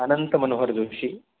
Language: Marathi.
अनंत मनोहर जोशी